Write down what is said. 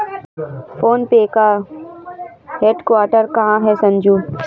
Phone पे का headquarter कहां है संजू?